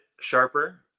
sharper